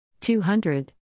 200